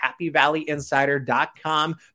happyvalleyinsider.com